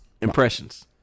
impressions